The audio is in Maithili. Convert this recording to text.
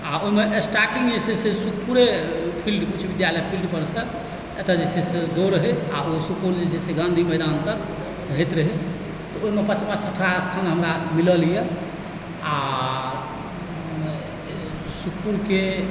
आओर ओहिमे स्टार्टिंग जे छै से सुखपुरे फील्ड उच्च विद्यालय फील्डपरसँ एतय जे छै से दौड़ होइ आओर ओ सुपौल जे छै से गाँधी मैदान तक होइत रहै तऽ ओहिमे पाँचम छठम स्थान हमरा मिलल यऽ आओर सुखपुरके